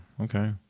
Okay